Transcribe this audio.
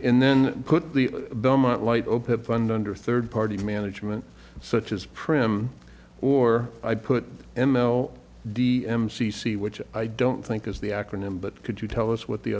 in then put the belmont light open fund under third party management such as prim or i put m l d m c c which i don't think is the acronym but could you tell us what the